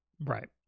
Right